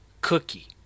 cookie